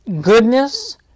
goodness